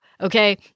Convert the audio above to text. Okay